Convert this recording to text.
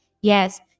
Yes